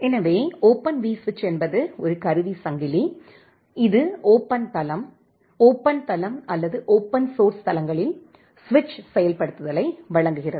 எனவே ஓபன் விஸ்விட்ச் என்பது ஒரு கருவி சங்கிலி இது ஓபன் தளம் ஓபன் தளம் அல்லது ஓபன் சோர்ஸ் தளங்களில் சுவிட்ச் செயல்படுத்தலை வழங்குகிறது